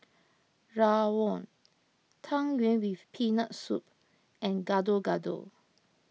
Rawon Tang Yuen with Peanut Soup and Gado Gado